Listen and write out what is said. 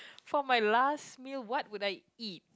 for my last meal what would I eat